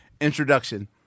introduction